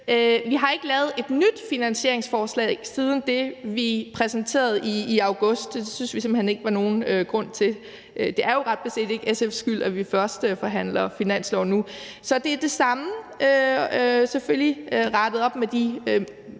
Vi har ikke lavet et nyt finansieringsforslag siden det, vi præsenterede i august. Det syntes vi simpelt hen ikke der var nogen grund til. Det er jo ret beset ikke SF's skyld, at vi først forhandler finanslovsforslaget nu. Så det er det samme, selvfølgelig rettet op med de